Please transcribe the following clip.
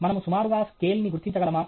మనము సుమారుగా స్కేల్ ని గుర్తించగలమా